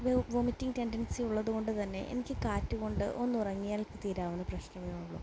vomiting tendency ഉള്ളതുകൊണ്ടുതന്നെ എനിക്ക് കാറ്റുകൊണ്ട് ഒന്ന് ഉറങ്ങിയാൽ തീരാവുന്ന പ്രശ്നമേയുള്ളൂ